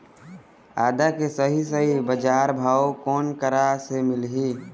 आदा के सही सही बजार भाव कोन करा से मिलही?